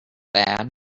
bad